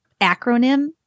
acronym